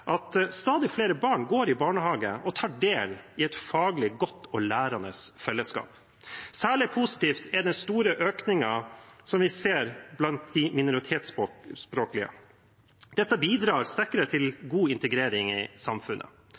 at stadig flere barn går i barnehage og tar del i et faglig godt og lærende fellesskap. Særlig positiv er den store økningen vi ser blant de minoritetsspråklige. Dette bidrar i sterkere grad til god integrering i samfunnet.